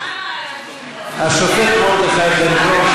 השופט מרדכי בן-דרור,